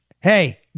Hey